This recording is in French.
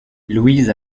louise